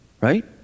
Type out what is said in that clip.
Right